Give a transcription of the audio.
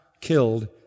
killed